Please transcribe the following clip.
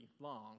long